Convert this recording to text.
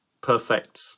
perfect